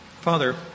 Father